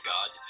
God